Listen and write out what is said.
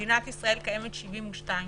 מדינת ישראל קיימת 72 שנה.